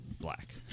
black